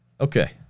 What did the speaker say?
Okay